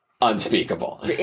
unspeakable